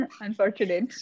unfortunate